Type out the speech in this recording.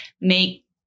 make